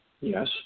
yes